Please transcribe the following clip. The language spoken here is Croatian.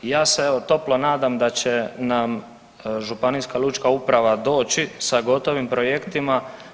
Ja se evo toplo nadam da će nam županijska lučka uprava doći sa gotovim projektima.